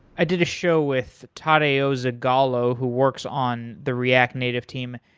i did a show with tadeu zagallo who works on the react native team,